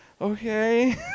okay